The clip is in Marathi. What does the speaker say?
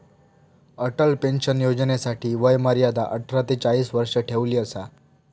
अटल पेंशन योजनेसाठी वय मर्यादा अठरा ते चाळीस वर्ष ठेवली असा